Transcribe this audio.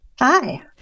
Hi